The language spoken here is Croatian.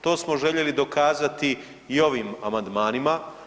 To smo željeli dokazati i ovim amandmanima.